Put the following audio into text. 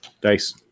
Dice